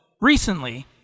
recently